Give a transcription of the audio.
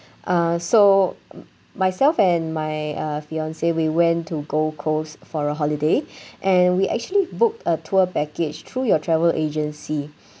uh so m~ myself and my uh fiance we went to gold coast for a holiday and we actually booked a tour package through your travel agency